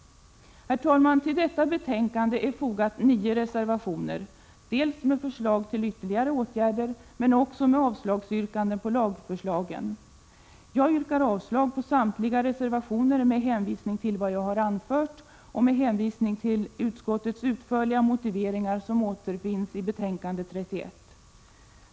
Herr talman! Till detta betänkande är fogade nio reservationer dels med förslag till ytterligare åtgärder, dels med avslagsyrkanden på lagförslagen. Jag yrkar avslag på samtliga reservationer med hänvisning till vad jag har anfört och med hänvisning till utskottets utförliga motiveringar, som återfinns i betänkande 31.